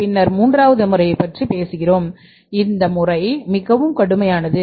பின்னர் மூன்றாவது முறையைப் பற்றி பேசுகிறோம் இந்த முறை மிகவும் கடுமையானது